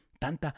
tanta